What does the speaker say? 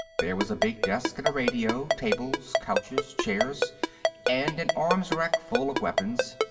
there was a big desk and a radio tables, couches, chairs and an arms-rack full of weapons,